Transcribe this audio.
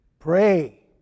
Pray